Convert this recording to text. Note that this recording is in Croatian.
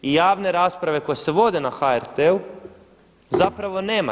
I javne rasprave koje se vode na HRT-u zapravo nema.